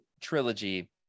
trilogy